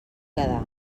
quedar